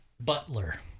Butler